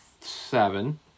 seven